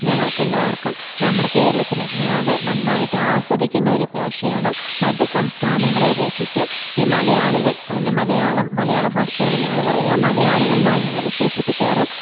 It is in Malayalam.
ഞങ്ങൾക്ക് എല്ലാവർക്കും നമ്മുടെ കേരളത്തിനെ അത് നന്നായിട്ട് ആസ്വദിക്കുന്നൊരു ഭാഷയാണ് മറ്റു സംസ്ഥാനങ്ങളെ അപേക്ഷിച്ച് ഈ മലയാളികൾ അതിന് മലയാളം മലയാള ഭാഷകൾ ഞങ്ങൾ പറയുക മലയാളികൾ എന്നാണ് ഞങ്ങൾ വിശേഷിപ്പിക്കാറ്